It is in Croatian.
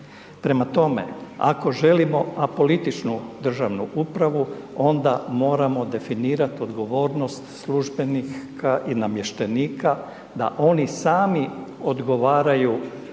Prema tome, ako želimo apolitičnu državnu upravu onda moramo definirati odgovornost službenika i namještenika da oni sami odgovaraju